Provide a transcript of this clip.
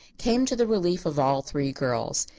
came to the relief of all three girls.